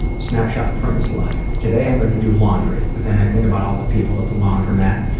snapshot from his life, today i'm gonna do laundry. but then i think about all the people at the laundromat,